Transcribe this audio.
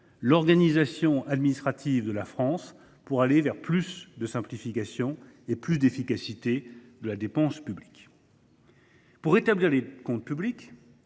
l’organisation administrative de la France afin d’aller vers plus de simplification et plus d’efficacité. Pour rétablir les comptes publics,